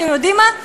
אתם יודעים מה?